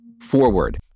Forward